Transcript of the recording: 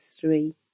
three